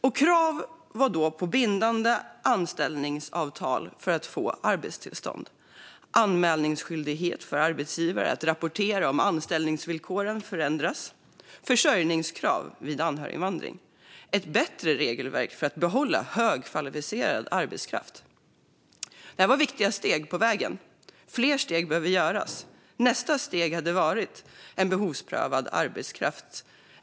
Det fanns då krav på bindande anställningsavtal för att få arbetstillstånd, skyldighet för arbetsgivare att rapportera om anställningsvillkoren förändrades och försörjningskrav vid anhöriginvandring. Det var ett bättre regelverk för att behålla högkvalificerad arbetskraft. Det här var viktiga steg på vägen. Fler steg behöver tas. Nästa steg hade varit en behovsprövning av arbetskraft.